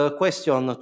question